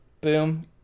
boom